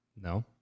No